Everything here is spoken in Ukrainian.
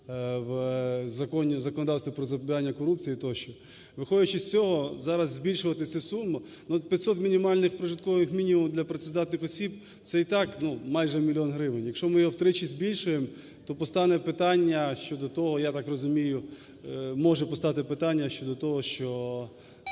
в законодавстві про запобігання корупції тощо. Виходячи з цього зараз збільшувати цю суму… Ну, 500 мінімальних прожиткових мінімумів для працездатних осіб це і так, ну, майже мільйон гривень, якщо ми його втричі збільшуємо, то постане питання щодо того, я так розумію, може постати питання щодо того, що